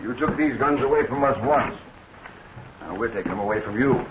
you're just these guns away from us was i would take them away from you